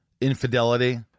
Infidelity